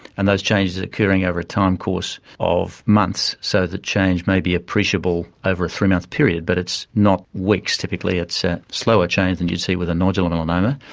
and those changes occurring over a time course of months, so the change may be appreciable over a three-month period but it's not weeks typically, it's a slower change than you'd see with a nodular melanoma,